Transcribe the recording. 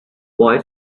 boy